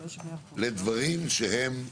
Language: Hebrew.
שבודקים.